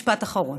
משפט אחרון.